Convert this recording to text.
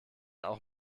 auch